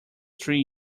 three